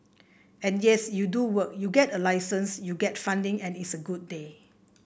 and yes you do work you get a license you get funding and it's a good day